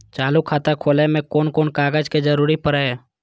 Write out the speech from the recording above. चालु खाता खोलय में कोन कोन कागज के जरूरी परैय?